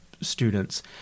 students